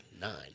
Nine